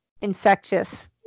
infectious